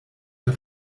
der